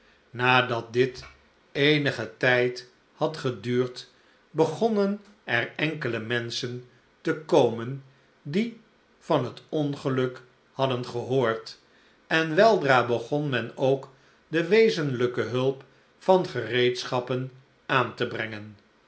nadat dit eenigen tijd had geduurd begonnen er enkele menschen te komen die van het ongeluk hadden gehoord en weldra begon men ook de wezenlijke hulp van gereedschappen aan te brengen